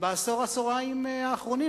בעשור עשוריים האחרונים,